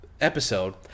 episode